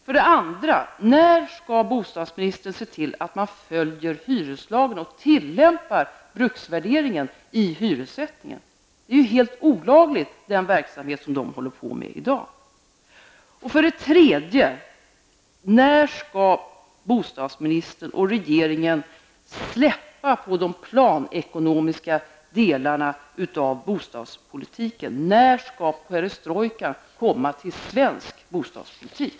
För det andra: När skall bostadsministern se till att man följer hyreslagen och tillämpar bruksvärdering vid hyressättningen? Den verksamhet man håller på med i dag är helt olaglig. För det tredje: När skall bostadsministern och regeringen släppa de planekonomiska delarna av bostadspolitiken? När skall perestrojka komma till svensk bostadspolitik?